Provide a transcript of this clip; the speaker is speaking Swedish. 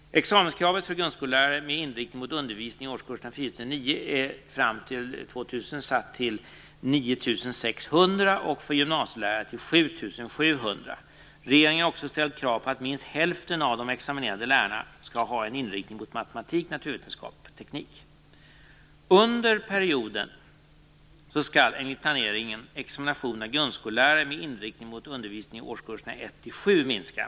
Examenskravet för grundskollärare med inriktning mot undervisning i årskurserna 4-9 är fram till år Regeringen har också ställt krav på att minst hälften av de examinerade lärarna skall ha en inriktning mot matematik, naturvetenskap och teknik. Under perioden skall enligt planeringen examinationen av grundskollärare med inriktning mot undervisning i årskurserna 1-7 minska.